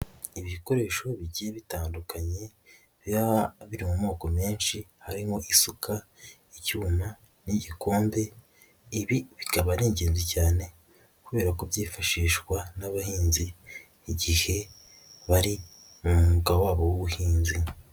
Ibikoresho bigiye bitandukanye biri mu moko menshi harimo isuka, icyuma ,n'igikombe ibi bikaba ari ingenzi cyane kubera kubyifashishwa n'abahinzi igihe bari mu mwuga wabo w'ubuhinzi.